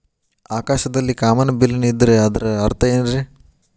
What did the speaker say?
ಆಕಾಶದಲ್ಲಿ ಕಾಮನಬಿಲ್ಲಿನ ಇದ್ದರೆ ಅದರ ಅರ್ಥ ಏನ್ ರಿ?